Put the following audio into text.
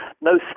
No